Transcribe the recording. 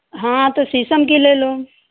हाँ तो शीशम की ले लो